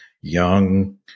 young